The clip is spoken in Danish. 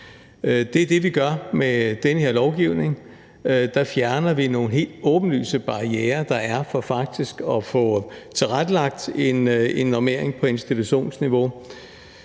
Det er det, vi gør med den her lovgivning. Der fjerner vi nogle helt åbenlyse barrierer, der er, for faktisk at få tilrettelagt en normering på institutionsniveau.